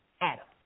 Adam